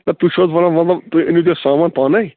ہے تۄہہِ چھُو حظ وَنان مطلب تۄہہِ أنِو تیٚلہِ سامان پانَے